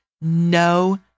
no